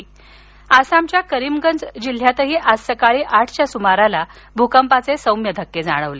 आसाम भूकंप आसामच्या करीमगंज जिल्ह्यातही आज सकाळी आठच्या सुमारास भूकंपाचे सौम्य धक्के जाणवले